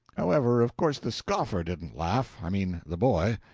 however, of course the scoffer didn't laugh i mean the boy.